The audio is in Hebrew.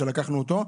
שלקחנו אותו?